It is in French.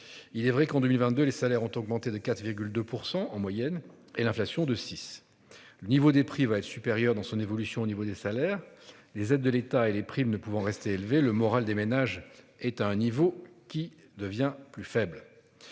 Il est vrai qu'en 2022, les salaires ont augmenté de 4,2% en moyenne et l'inflation de 6, le niveau des prix va être dans son évolution au niveau des salaires. Les aides de l'État et les primes ne pouvant rester élevé. Le moral des ménages est à un niveau qui devient plus faible.